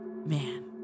man